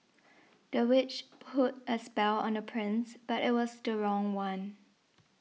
the witch put a spell on the prince but it was the wrong one